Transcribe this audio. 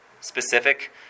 specific